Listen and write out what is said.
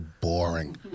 boring